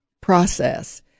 process